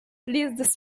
pleased